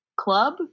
club